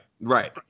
right